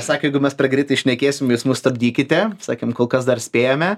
sakė jeigu mes per greitai šnekėsim jūs mus stabdykite sakėm kol kas dar spėjame